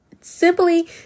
simply